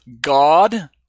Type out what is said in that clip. god